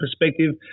perspective